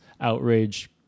outrage